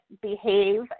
behave